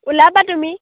ওলাবা তুমি